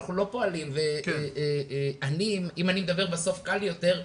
אנחנו לא פועלים --- אם אני אדבר בסוף קל יותר,